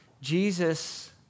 Jesus